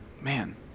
Man